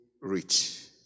rich